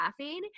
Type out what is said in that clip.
laughing